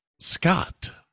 Scott